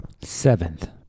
Seventh